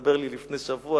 הסתבר לי לפני שבוע,